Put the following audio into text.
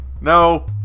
No